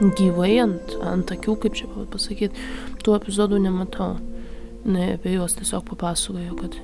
gyvai ant ant akių kaip čia pa pasakyt tų epizodų nematau nai apie juos tiesiog papasakojo kad